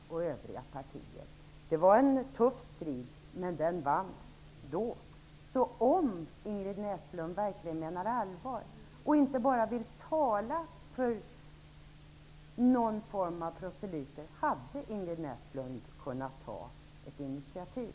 De fick även stöd av ledamöter i andra partier. Striden var tuff, men socialdemokraterna vann den. Om Ingrid Näslund verkligen menat allvar, och inte bara vill tala för någon form av proselyter, hade Ingrid Näslund kunnat ta ett initiativ.